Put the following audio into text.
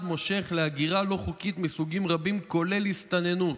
מושך להגירה לא חוקית מסוגים רבים כולל הסתננות.